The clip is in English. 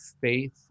faith